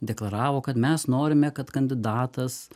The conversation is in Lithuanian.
deklaravo kad mes norime kad kandidatas